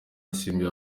asimbuye